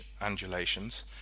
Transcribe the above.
undulations